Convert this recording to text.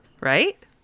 right